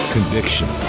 Conviction